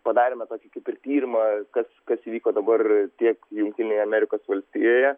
padarėme tokį kaip ir tyrimą kas kas vyko dabar tiek jungtinėje amerikos valstijoje